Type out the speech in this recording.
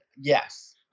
yes